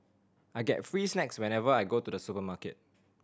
I get free snacks whenever I go to the supermarket